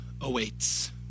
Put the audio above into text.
awaits